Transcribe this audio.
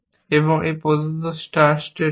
এটি প্রদত্ত start state ছিল